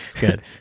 good